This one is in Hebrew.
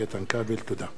תודה רבה למזכיר.